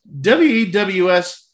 WEWS